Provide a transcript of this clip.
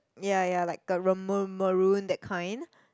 ya ya like the a maroon that kind